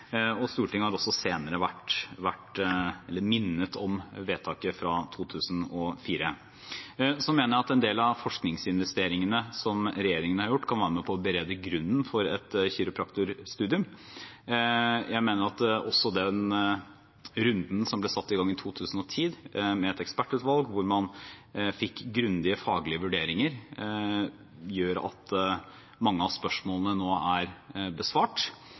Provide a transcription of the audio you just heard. Norge. Stortinget har også senere minnet om vedtaket fra 2004. Jeg mener at en del av forskningsinvesteringene som regjeringen har gjort, kan være med på å berede grunnen for et kiropraktorstudium. Jeg mener at også den runden som ble satt i gang i 2010, med et ekspertutvalg, hvor man fikk grundige faglige vurderinger, gjør at mange av spørsmålene nå er besvart.